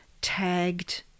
tagged